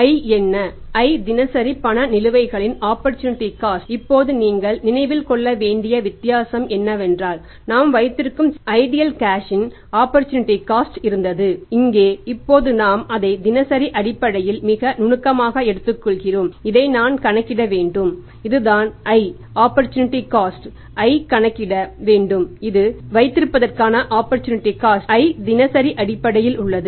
i என்ன i தினசரி பண நிலுவைகளின் ஆப்பர்சூனிட்டி காஸ்ட் i தினசரி அடிப்படையில் உள்ளது